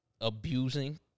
abusing